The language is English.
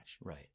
Right